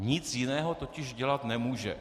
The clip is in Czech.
Nic jiného totiž dělat nemůže.